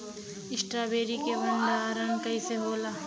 Strawberry के भंडारन कइसे होला?